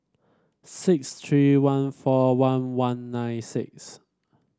six three one four one one nine six